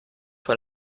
von